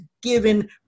given